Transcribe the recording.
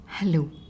Hello